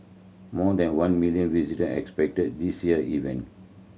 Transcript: more than one million visitor are expected this year event